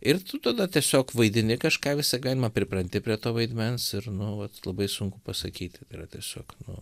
ir tu tada tiesiog vaidini kažką visą gyvenimą pripranti prie to vaidmens ir nu vat labai sunku pasakyti tai yra tiesiog nu